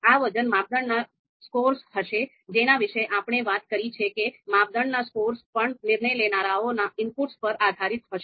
આ વજન માપદંડના સ્કોર્સ હશે જેના વિશે આપણે વાત કરી છે કે માપદંડના સ્કોર્સ પણ નિર્ણય લેનારાઓના ઇનપુટ્સ પર આધારિત હશે